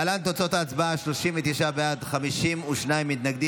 להלן תוצאות ההצבעה: 39 בעד, 52 מתנגדים.